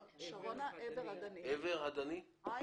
ניחא,